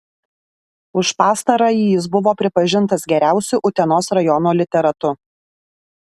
už pastarąjį jis buvo pripažintas geriausiu utenos rajono literatu